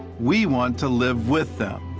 we want to live with them.